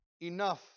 enough